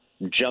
jump